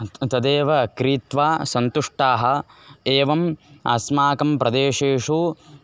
तदेव क्रीत्वा सन्तुष्टाः एवम् अस्माकं प्रदेशेषु